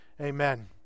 amen